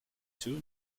two